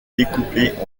découpée